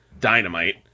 Dynamite